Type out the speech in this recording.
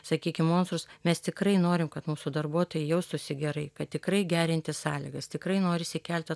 sakykim monstrus mes tikrai norim kad mūsų darbuotojai jaustųsi gerai kad tikrai gerinti sąlygas tikrai norisi kelt at